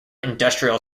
industrial